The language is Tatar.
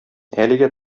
әлегә